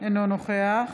אינו נוכח